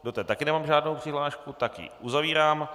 Do té taky nemám žádnou přihlášku, tak ji uzavírám.